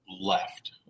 left